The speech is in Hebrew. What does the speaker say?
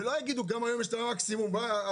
ושלא יגידו שגם היום יש מקסימום וזה